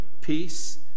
peace